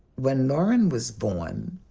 when lauren was born,